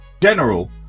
general